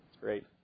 great